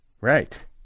right